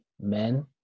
men